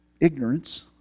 ignorance